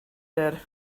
did